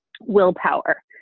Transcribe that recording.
willpower